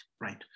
right